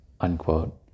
unquote